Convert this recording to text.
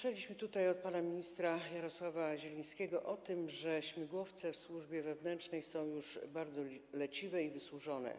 Słyszeliśmy tutaj od pana ministra Jarosława Zielińskiego o tym, że śmigłowce w służbie wewnętrznej są już bardzo leciwe i wysłużone.